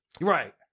Right